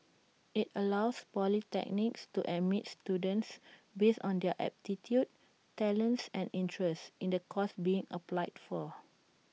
IT allows polytechnics to admit students based on their aptitude talents and interests in the course being applied for